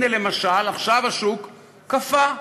הנה, למשל, עכשיו השוק קפא.